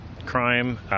Crime